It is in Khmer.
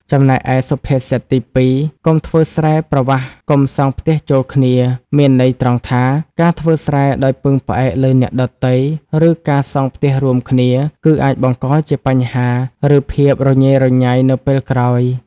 ចំណែកឯសុភាសិតទី២ "កុំធ្វើស្រែប្រវាស់កុំសង់ផ្ទះចូលគ្នា" មានន័យត្រង់ថា ការធ្វើស្រែដោយពឹងផ្អែកលើអ្នកដទៃ ឬការសង់ផ្ទះរួមគ្នា គឺអាចបង្កជាបញ្ហា ឬភាពរញ៉េរញ៉ៃនៅពេលក្រោយ។